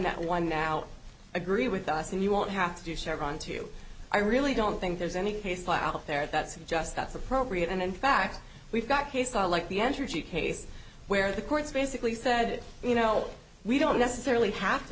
that one now agree with us and you won't have to do chevron two i really don't think there's any case out there that's just that's appropriate and in fact we've got case or like the energy case where the courts basically said you know we don't necessarily have to